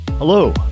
Hello